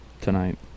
tonight